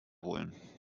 holen